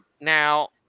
Now